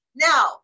Now